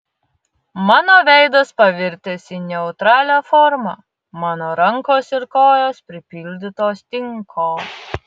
mano veidas pavirtęs į neutralią formą mano rankos ir kojos pripildytos tinko